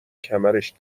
کمرش